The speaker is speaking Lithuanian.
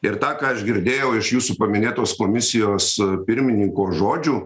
ir tą ką aš girdėjau iš jūsų paminėtos komisijos pirmininko žodžių